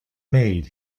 made